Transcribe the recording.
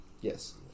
yes